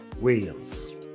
Williams